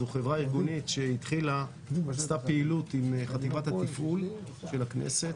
זו חברה ארגונית שהתחילה ועשתה פעילות עם חטיבת התפעול של הכנסת.